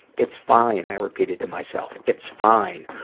it's fine, i repeated to myself, it's fine.